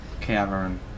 cavern